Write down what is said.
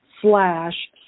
slash